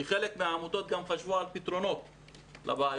כי חלק מהעמותות גם חשבו על פתרונות לבעיות.